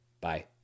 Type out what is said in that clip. Bye